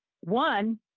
one